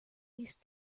least